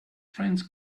friends